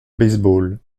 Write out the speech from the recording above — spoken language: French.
baseball